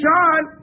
John